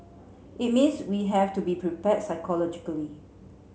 it means we have to be prepared psychologically